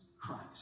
Christ